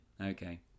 Okay